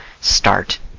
start